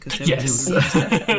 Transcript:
Yes